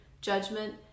judgment